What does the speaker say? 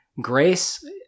Grace